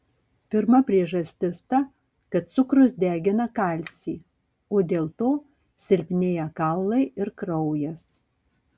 pirma priežastis ta kad cukrus degina kalcį o dėl to silpnėja kaulai ir kraujas